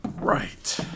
Right